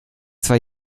zwei